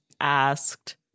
asked